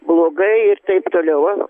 blogai ir taip toliau